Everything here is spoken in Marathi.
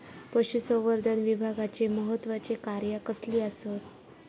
पशुसंवर्धन विभागाची महत्त्वाची कार्या कसली आसत?